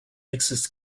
mixes